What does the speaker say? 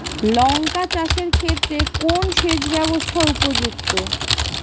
লঙ্কা চাষের ক্ষেত্রে কোন সেচব্যবস্থা উপযুক্ত?